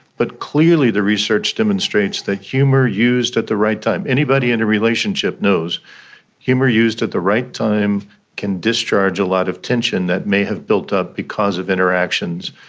but clearly the research demonstrates that humour used at the right time, anybody in a relationship knows humour used at the right time can discharge a lot of tension that may have built up because of interactions.